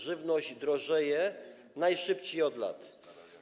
Żywność drożeje najszybciej od lat.